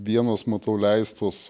vienos matau leistos